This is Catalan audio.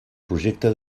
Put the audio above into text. projecte